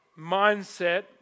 mindset